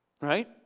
right